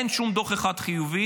אין שום דוח אחד חיובי,